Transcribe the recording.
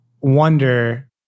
wonder